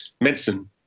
medicine